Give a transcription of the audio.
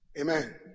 Amen